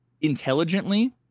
intelligently